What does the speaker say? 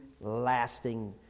lasting